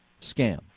scam